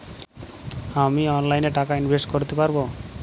আমি অনলাইনে টাকা ইনভেস্ট করতে পারবো?